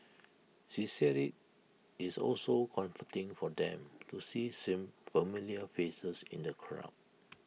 she said IT is also comforting for them to see familiar faces in the crowd